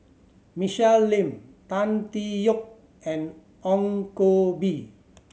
Michelle Lim Tan Tee Yoke and Ong Koh Bee